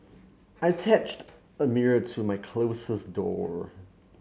I attached a mirror to my closet door